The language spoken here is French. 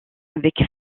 avec